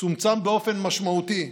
צומצם באופן משמעותי,